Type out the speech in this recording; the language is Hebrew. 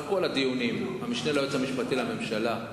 כל הדיונים המשנה ליועץ המשפטי לממשלה.